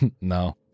No